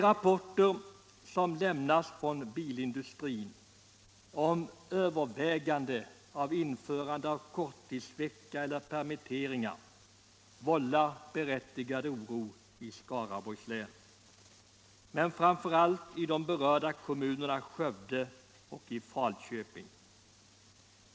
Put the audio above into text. Rapporterna om att man inom bilindustrin överväger införande av korttidsvecka eller permitteringar vållar berättigad oro i Skaraborgs län och framför allt i de berörda kommunerna Skövde och Falköping.